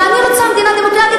ואני רוצה מדינה דמוקרטית.